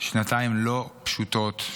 שנתיים לא פשוטות,